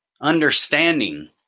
understanding